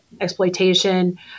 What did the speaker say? exploitation